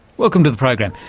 welcome to the program,